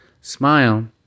smile